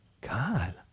God